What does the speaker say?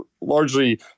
largely